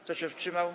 Kto się wstrzymał?